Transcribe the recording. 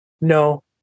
No